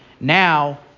now